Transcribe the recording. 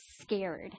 scared